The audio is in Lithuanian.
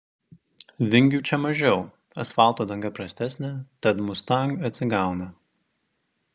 vingių čia mažiau asfalto danga prastesnė tad mustang atsigauna